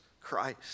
Christ